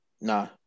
Nah